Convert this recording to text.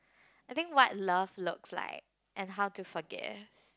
I think what love looks like and how to forgive